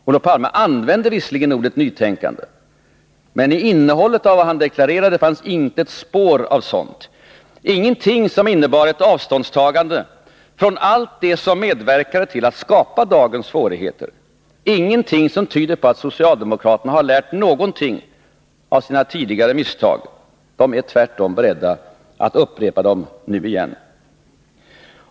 Olof Palme använder visserligen ordet nytänkande, men i vad han deklarerade fanns inte ett spår av sådant, ingenting som innebar ett avståndstagande från allt det som har medverkat till att skapa dagens svårigheter, ingenting som tyder på att socialdemokraterna har lärt någonting av sina tidigare misstag. De är tvärtom beredda att upprepa dem nu igen.